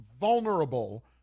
vulnerable